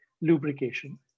lubrication